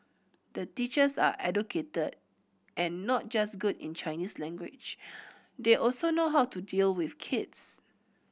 the teachers are educated and not just good in Chinese language they also know how to deal with kids